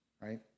right